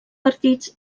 partits